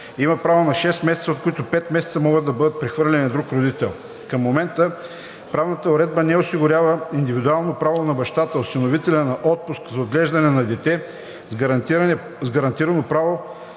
има право на 6 месеца, от които 5 месеца могат да бъдат прехвърляни на другия родител. Към момента правната уредба не осигурява индивидуално право на бащата/осиновителя на отпуск за отглеждане на дете с гарантирано право